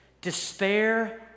despair